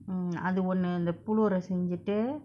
mm அது ஒன்னு இந்த:athu onnu indtha flour ah செஞ்சிட்டு:senjitu